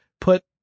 put